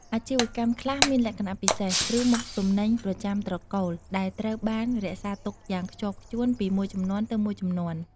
អាជីវកម្មខ្លះមានលក្ខណៈពិសេស ឬមុខទំនិញប្រចាំត្រកូលដែលត្រូវបានរក្សាទុកយ៉ាងខ្ជាប់ខ្ជួនពីមួយជំនាន់ទៅមួយជំនាន់។